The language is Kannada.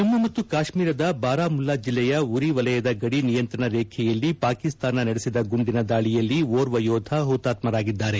ಜಮ್ನು ಮತ್ತು ಕಾಶ್ಮೀರದ ಬಾರಾಮುಲ್ಲಾ ಜಿಲ್ಲೆಯ ಉರಿ ವಲಯದ ಗಡಿ ನಿಯಂತ್ರಣ ರೇಖೆಯಲ್ಲಿ ಪಾಕಿಸ್ತಾನ ನಡೆಸಿದ ಗುಂಡಿನ ದಾಳಿಯಲ್ಲಿ ಓರ್ವ ಯೋಧ ಹುತಾತ್ಕರಾಗಿದ್ದಾರೆ